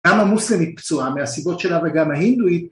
גם המוסלמית פצועה מהסיבות שלה וגם ההינדואית